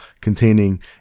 containing